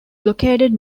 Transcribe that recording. located